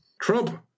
Trump